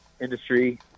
industry